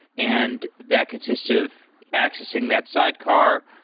and that consists of accessing that sidecar,